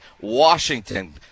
Washington